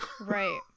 right